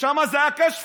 ששם זה היה cash flow,